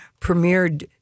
premiered